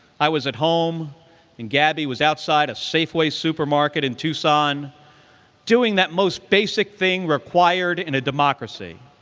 i was at home and gabby was outside a safeway supermarket in tucson doing that most basic thing required in a democracy,